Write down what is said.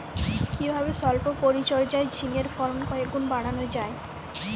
কিভাবে সল্প পরিচর্যায় ঝিঙ্গের ফলন কয়েক গুণ বাড়ানো যায়?